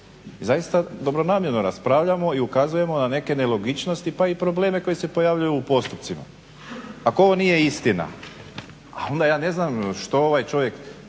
Zaista dobronamjerno raspravljamo i ukazujemo na neke nelogičnosti pa i probleme koji se pojavljuju u postupcima. Ako ovo nije istina onda ja ne znam što ovaj čovjek